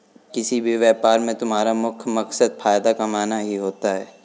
किसी भी व्यापार में तुम्हारा मुख्य मकसद फायदा कमाना ही होता है